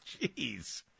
Jeez